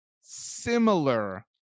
similar